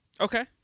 Okay